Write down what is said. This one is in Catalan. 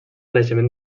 naixement